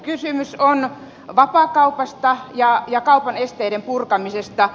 kysymys on vapaakaupasta ja kaupan esteiden purkamisesta